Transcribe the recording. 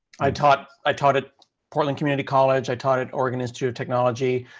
i taught i taught at portland community college. i taught at oregon institute of technology.